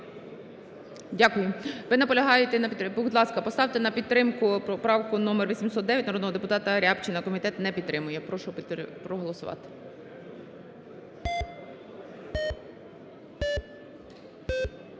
Дякую. Ви наполягаєте на підтримці. Будь ласка, поставте на підтримку поправку номер 809 народного депутата Рябчина, комітет не підтримує. Прошу проголосувати.